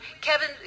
Kevin